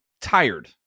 tired